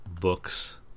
books